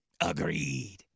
Agreed